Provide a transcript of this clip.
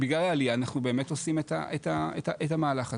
בגלל העלייה אנחנו באמת עושים את המהלך הזה.